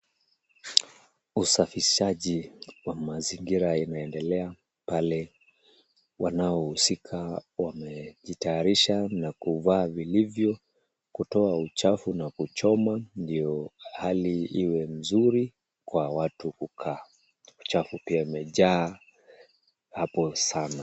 Usafishaji wa mazingira inaendelea pale. Wanaohusika wamejitayarisha na kuvaa vilivyo, kutoa uchafu na kuchoma ndio hali iwe nzuri kwa watu kukaa. Uchafu pia umejaa hapo sana.